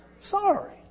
sorry